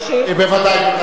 בוודאי, בוודאי.